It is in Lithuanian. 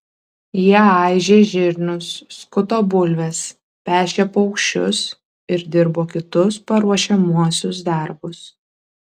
jie aižė žirnius skuto bulves pešė paukščius ir dirbo kitus paruošiamuosius darbus